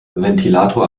ventilator